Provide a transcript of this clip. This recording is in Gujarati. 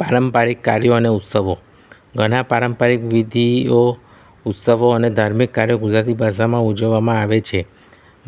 પારંપરિક કાર્યો અને ઉત્સવો ઘણાં પારંપરિક વિધિઓ ઉત્સવો અને ધાર્મિક કાર્યો ગુજરાતી ભાષામાં ઉજવવામાં આવે છે